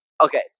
Okay